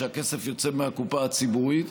כשהכסף יוצא מהקופה הציבורית,